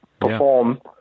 perform